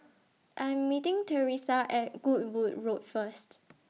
I Am meeting Teresa At Goodwood Road First